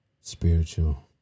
spiritual